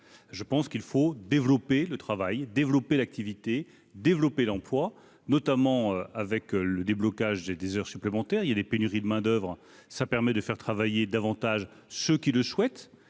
Je pense qu'il faut développer le travail, développer l'activité, développer l'emploi, notamment avec le déblocage des des heures supplémentaires, il y a des pénuries de main-d'oeuvre, ça permet de faire travailler davantage ceux qui le souhaitent